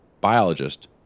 biologist